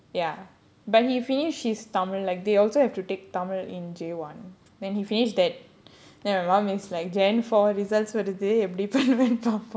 ya but he finish his tamil like they also have to take tamil in J one then he finished that then my mum is like january four results வருது எப்படி பன்னேனு பார்ப்போம்:varuthu epdi pannaenu paarppom